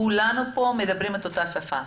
כולנו פה מדברים אותה שפה.